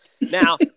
now